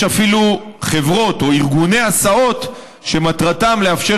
יש אפילו חברות או ארגוני הסעות שמטרתם לאפשר